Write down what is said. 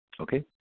Okay